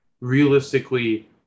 realistically